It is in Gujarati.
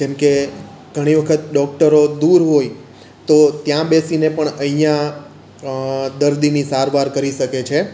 જેમ કે ઘણી વખત ડોકટરો દૂર હોય તો ત્યાં બેસીને પણ અહીંયા દર્દીની સારવાર કરી શકે છે